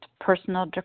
Personal